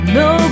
no